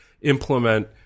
implement